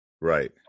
Right